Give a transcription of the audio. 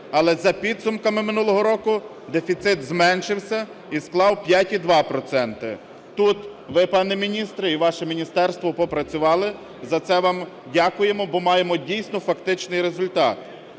але за підсумками минулого року дефіцит зменшився і склав 5,2 процента. Тут, ви пане міністре і ваше міністерство попрацювали, за це вам дякуємо, бо маємо дійсно фактичний результат.